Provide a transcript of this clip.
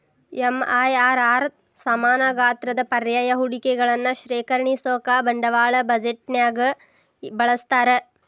MIRR ಸಮಾನ ಗಾತ್ರದ ಪರ್ಯಾಯ ಹೂಡಿಕೆಗಳನ್ನ ಶ್ರೇಣೇಕರಿಸೋಕಾ ಬಂಡವಾಳ ಬಜೆಟ್ನ್ಯಾಗ ಬಳಸ್ತಾರ